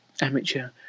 amateur